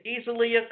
easily